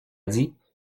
dit